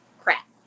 Crap